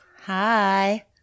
hi